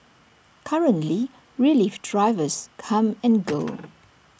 currently relief drivers come and go